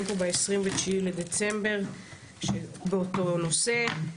פה ביום 29 בדצמבר 2021 באותו נושא.